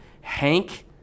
Hank